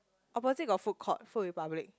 opposite got food court Food Republic